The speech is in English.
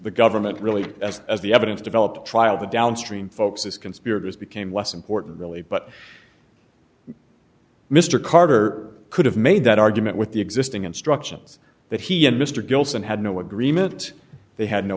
the government really as as the evidence developed trial the downstream folks as conspirators became less important really but mr carter could have made that argument with the existing instructions that he and mr gilson had no agreement they had no